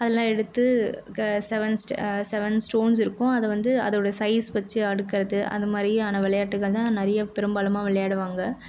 அதெல்லாம் எடுத்து க செவன் ஸ்ட செவன் ஸ்டோன்ஸ் இருக்கும் அதை வந்து அதோடய சைஸ் வச்சு அடுக்கிறது அது மாதிரியான விளையாட்டுகள் தான் நிறையா பெரும்பாலும் விளையாடுவாங்க